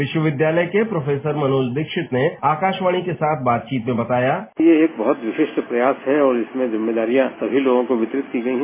विश्वविद्यालय के प्रोफेसर मनोज दीक्षित ने आकाशवाणी के साथ बातचीत में बताया ये एक बहुत विशिष्ट प्रयास है और इसमें जिम्मेदारियों सभी लोगों को वितरित की गई है